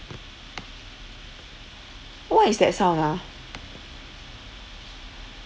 what is that sound ah